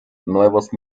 nuevos